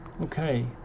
Okay